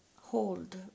hold